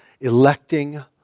electing